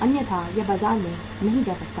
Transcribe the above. अन्यथा यह बाजार में नहीं जा सकता